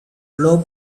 low